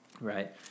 Right